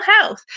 health